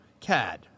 CAD